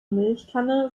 milchkanne